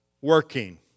working